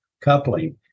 coupling